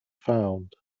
found